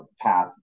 path